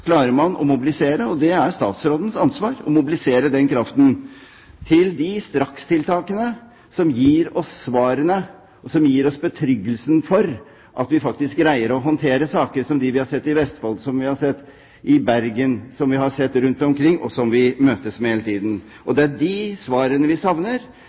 man klarer å mobilisere. Det er statsrådens ansvar å mobilisere den kraften til de strakstiltakene som gir oss svarene og betryggelsen for at vi faktisk greier å håndtere saker som dem vi har sett i Vestfold, i Bergen og rundt omkring, og som vi møtes med hele tiden. Det er de svarene vi savner,